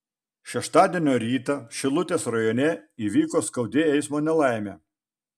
šeštadienio rytą šilutės rajone įvyko skaudi eismo nelaimė